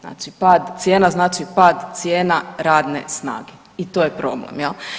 Znači pad cijena znači pad cijena radne snage i to je problem jel.